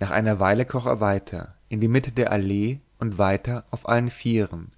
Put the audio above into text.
nach einer weile kroch er weiter in die mitte der allee und weiter auf allen vieren